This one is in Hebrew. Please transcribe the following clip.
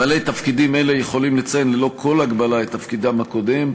בעלי תפקידים אלה יכולים לציין ללא כל הגבלה את תפקידם הקודם.